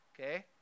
Okay